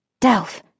Delph